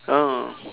oh